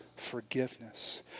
forgiveness